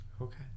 Okay